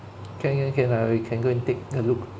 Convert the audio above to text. can can can I we can go and take a look